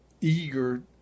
eager